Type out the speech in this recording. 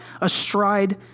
astride